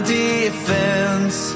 defense